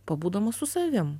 pabūdama su savimi